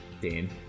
Dan